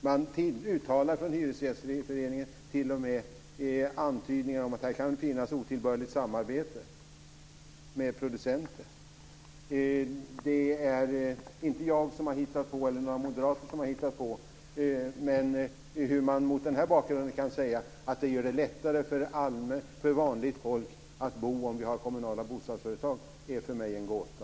Man uttalar från hyresgästföreningen t.o.m. antydningar om att det här kan finnas otillbörligt samarbete med producenter. Det är inte jag eller några moderater som har hittat på detta. Hur man mot den här bakgrunden kan säga att det gör det lättare för vanligt folk att bo om vi har kommunala bostadsföretag är för mig en gåta.